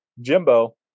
Jimbo